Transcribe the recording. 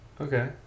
okay